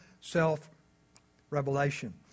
self-revelation